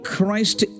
Christ